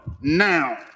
now